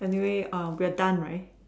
anyway err we're done right